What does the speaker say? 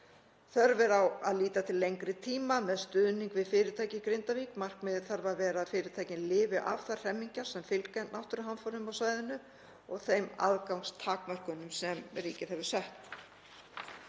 Þörf er á að líta til lengri tíma með stuðning við fyrirtæki í Grindavík. Markmiðið þarf að vera að fyrirtækin lifi af þær hremmingar sem fylgja náttúruhamförum á svæðinu og þeim aðgangstakmörkunum sem ríkið hefur sett.“